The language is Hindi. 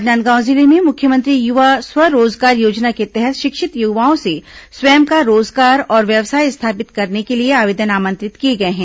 राजनांदगांव जिले में मुख्यमंत्री युवा स्व रोजगार योजना के तहत शिक्षित युवाओं से स्वयं का रोजगार और व्यवसाय स्थापित करने के लिए आवेदन आमंत्रित किए गए हैं